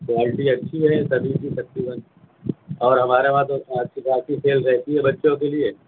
quality اچھی ہے سبھی کی تقریباً اور ہمارے وہاں تو سیل رہتی ہے بچوں کے لیے